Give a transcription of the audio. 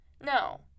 No